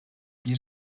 bir